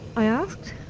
i asked.